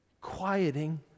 quieting